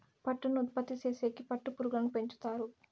పట్టును ఉత్పత్తి చేసేకి పట్టు పురుగులను పెంచుతారు